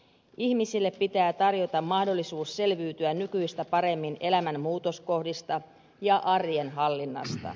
ihmisille pitää tarjota mahdollisuus selviytyä nykyistä paremmin elämän muutoskohdista ja arjen hallinnasta